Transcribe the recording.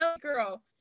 Girl